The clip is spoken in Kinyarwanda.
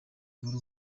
buhoro